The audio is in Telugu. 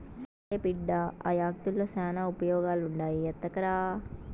పోన్లే బిడ్డా, ఆ యాకుల్తో శానా ఉపయోగాలుండాయి ఎత్తకరా